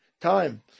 time